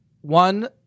one